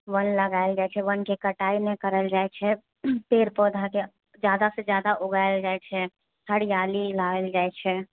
वन लगाएल जाइत छै वनके कटाइ नहि करल जाइत छै पेड़ पौधाके जादासँ जादा उगाएल जाइत छै हरिआली लाएल जाइत छै